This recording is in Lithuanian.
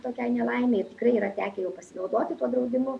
tokiai nelaimei tikrai yra tekę jau pasinaudoti tuo draudimu